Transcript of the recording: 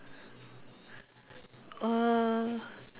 uh